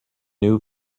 new